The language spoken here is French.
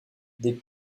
des